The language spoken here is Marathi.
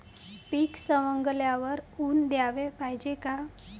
पीक सवंगल्यावर ऊन द्याले पायजे का?